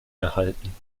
erhalten